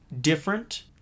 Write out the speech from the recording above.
different